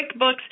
QuickBooks